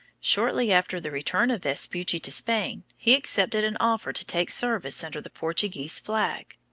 shortly after the return of vespucci to spain, he accepted an offer to take service under the portuguese flag.